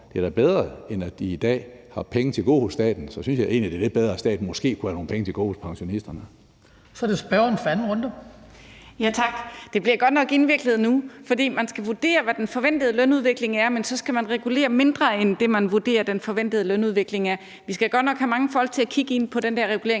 Det er da bedre, end at de som i dag har penge til gode hos staten; så synes jeg egentlig, det er lidt bedre, at staten måske kunne have nogle penge til gode hos pensionisterne. Kl. 19:27 Den fg. formand (Hans Kristian Skibby): Så er det spørgeren for den anden korte bemærkning. Kl. 19:27 Eva Kjer Hansen (V): Tak. Det bliver godt nok indviklet nu, for man skal vurdere, hvad den forventede lønudvikling er, men så skal man regulere mindre end det, man vurderer den forventede lønudvikling er. Vi skal godt nok have mange folk til at kigge ind på den regulering.